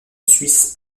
suisse